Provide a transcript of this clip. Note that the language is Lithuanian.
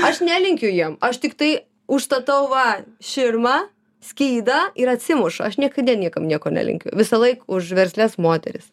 aš nelinkiu jiem aš tiktai užstatau va širma skydą ir atsimuša aš niekada niekam nieko nelinkiu visąlaik už verslias moteris